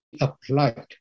applied